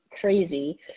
crazy